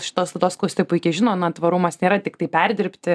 šitos laidos klausytojai puikiai žino na tvarumas nėra tiktai perdirbti